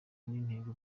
n’intego